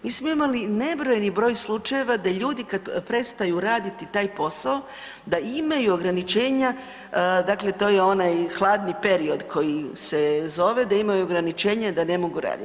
Mi smo imali nebrojeni broj slučajeva da ljudi kad prestaju raditi taj posao da imaju ograničenja, dakle to je onaj hladni period koji se zove, da imaju ograničenja da ne mogu radit.